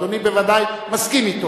אדוני בוודאי מסכים אתו.